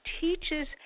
teaches